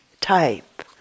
type